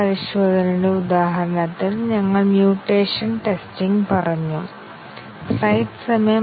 ഇപ്പോൾ നമുക്ക് ഏറ്റവും എളുപ്പമുള്ള ക്രമം നോക്കാം